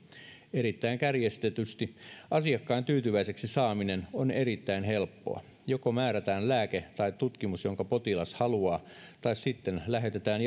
erittäin kärjistetysti asiakkaan tyytyväiseksi saaminen on erittäin helppoa joko määrätään lääke tai tutkimus jonka potilas haluaa tai sitten lähetetään